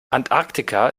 antarktika